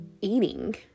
eating